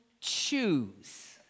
choose